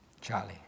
Charlie